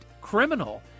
criminal